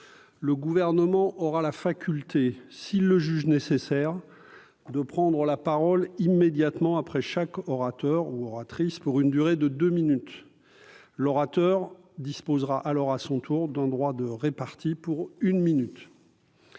le gouvernement aura la faculté s'il le juge nécessaire de prendre la parole immédiatement après chaque orateur ou oratrice pour une durée de 2 minutes l'orateur disposera alors à son tour d'droit de répartis pour une minute.